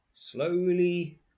Slowly